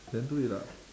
then do it lah